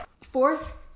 fourth